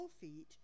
feet